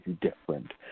different